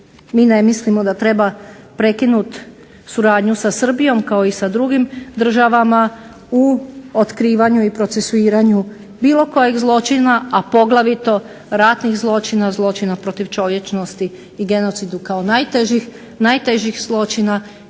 mi ne mislimo da treba prekinuti suradnju sa Srbijom kao i sa drugim državama u otkivanju i procesuiranju bilo kojeg zločina, a poglavito ratnih zločina, zločina protiv čovječnosti i genocidu kao najtežih zločina.